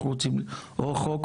אנחנו רוצים או חוק,